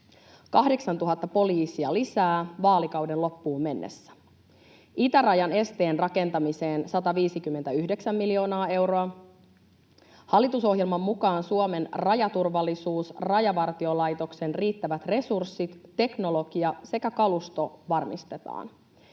8 000 poliisia lisää vaalikauden loppuun mennessä, itärajan esteen rakentamiseen 159 miljoonaa euroa. Hallitusohjelman mukaan Suomen rajaturvallisuus, Rajavartiolaitoksen riittävät resurssit, teknologia sekä kalusto varmistetaan.